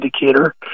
indicator